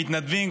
הם מתנדבים,